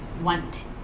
want